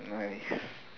nice